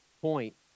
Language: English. point